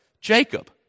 Jacob